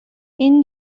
این